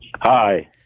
Hi